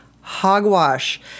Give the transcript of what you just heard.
hogwash